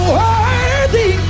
worthy